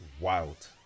wild